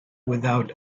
without